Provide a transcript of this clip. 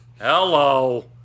Hello